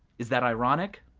is that ironic?